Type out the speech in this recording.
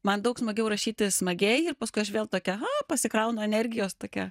man daug smagiau rašyti smagiai ir paskui aš vėl tokia pasikraunu energijos tokia